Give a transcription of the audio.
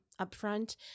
upfront